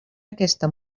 aquesta